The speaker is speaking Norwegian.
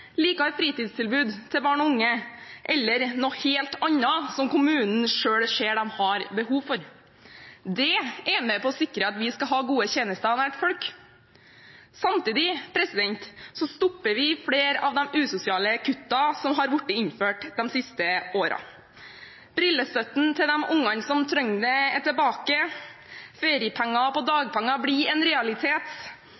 bedre fritidstilbud til barn og unge eller noe helt annet kommunen selv ser de har behov for. Det er med på å sikre at vi skal ha gode tjenester nær folk. Samtidig stopper vi flere av de usosiale kuttene som har blitt innført de siste årene. Brillestøtten til de ungene som trenger det, er tilbake. Feriepenger på